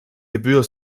gebühr